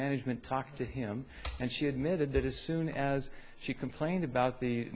management talked to him and she admitted that his soon as she complained about the